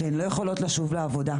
שהן לא יכולות לשוב לעבודה,